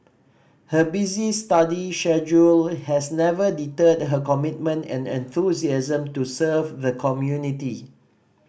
her busy study schedule has never deterred her commitment and enthusiasm to serve the community